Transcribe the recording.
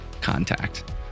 contact